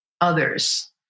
others